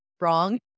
wrong